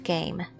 Game